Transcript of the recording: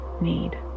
need